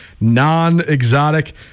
non-exotic